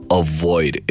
avoid